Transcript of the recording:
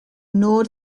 nod